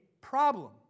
problem